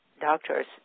doctors